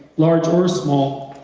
large or small,